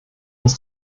uns